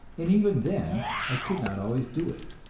and even then i could not always do it.